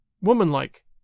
Womanlike